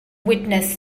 witness